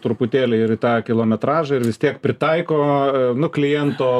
truputėlį ir tą kilometražą ir vis tiek pritaiko nu kliento